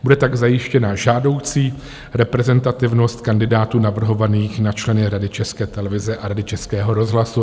Bude tak zajištěna žádoucí reprezentativnost kandidátů navrhovaných na členy Rady České televize a Rady Českého rozhlasu.